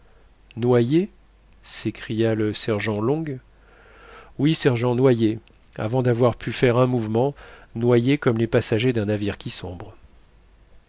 noyées s'écria le sergent long oui sergent noyées avant d'avoir pu faire un mouvement noyées comme les passagers d'un navire qui sombre